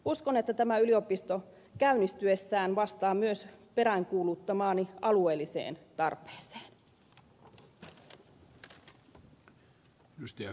uskon että tämä yliopisto käynnistyessään vastaa myös peräänkuuluttamaani alueelliseen tarpeeseen